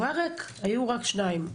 והוא היה ריק, היו רק שניים.